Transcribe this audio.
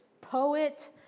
poet